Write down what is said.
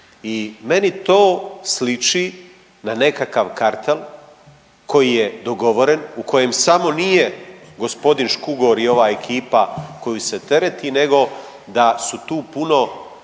I meni to sliči na nekakav kartel koji je dogovoren, u kojem samo nije gospodin Škugor i ova ekipa koju se tereti nego da su tu puno